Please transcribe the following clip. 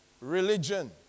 religion